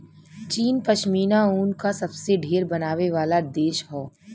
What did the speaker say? चीन पश्मीना ऊन क सबसे ढेर बनावे वाला देश हौ